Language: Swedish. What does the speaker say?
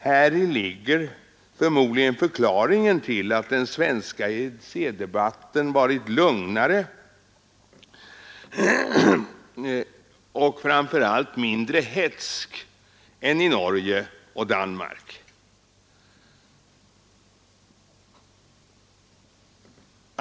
Häri ligger förmodligen förklaringen till att den svenska EEC-debatten varit lugnare och framför allt mindre hätsk än i Norge och Danmark.